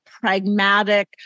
pragmatic